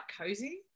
cozy